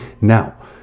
now